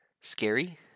scary